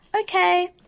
Okay